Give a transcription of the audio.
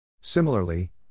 Similarly